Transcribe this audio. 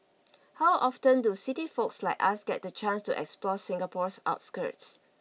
how often do city folks like us get the chance to explore Singapore's outskirts